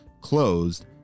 closed